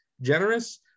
generous